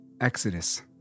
Exodus